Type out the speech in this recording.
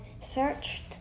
searched